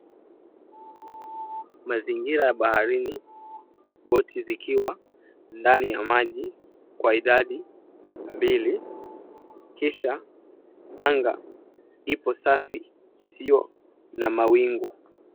Mazingira ya baharini, boti zikiwa ndani ya maji kwa idadi mbili. Kisha anga ipo safi isiyo na mawingu.